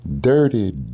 dirty